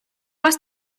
вас